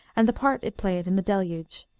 and the part it played in the deluge,